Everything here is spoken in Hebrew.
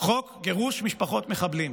גירוש משפחות מחבלים.